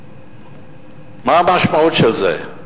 מה המשמעות של זה?